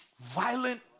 violent